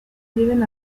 lleven